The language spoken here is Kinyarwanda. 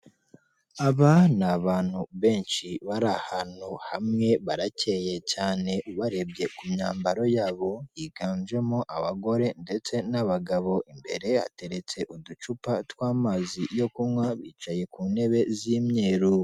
Aba ni abantu benshi bari ahantu hamwe baracyeye cyane ubarebye ku myambaro yabo yiganjemo abagore ndetse n'abagabo imbere yabo hateretse uducupa tw'amazi yo kunywa bicaye ku ntebe z'imyeru.